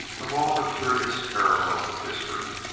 of all the curious parallels of history,